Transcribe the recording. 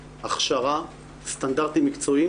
הכשרה, סטנדרטים מקצועיים